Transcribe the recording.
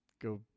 go